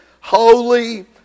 holy